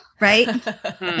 right